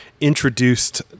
introduced